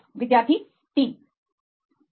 विद्यार्थी 33 सही 3 इन 3